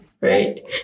right